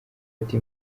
ati